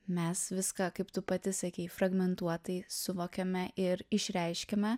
mes viską kaip tu pati sakei fragmentuotai suvokiame ir išreiškiame